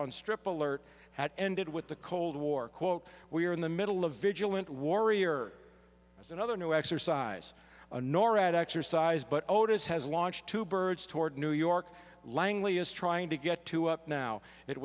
on strip alert had ended with the cold war quote we are in the middle of vigilant warrior as another new exercise a norad exercise but otis has launched two birds toward new york langley is trying to get two up now it